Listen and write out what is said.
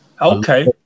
Okay